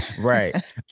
Right